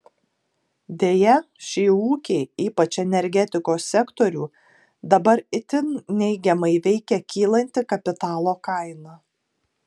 deja šį ūkį ypač energetikos sektorių dabar itin neigiamai veikia kylanti kapitalo kaina